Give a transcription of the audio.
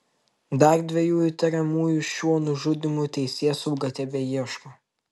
dar dviejų įtariamųjų šiuo nužudymu teisėsauga tebeieško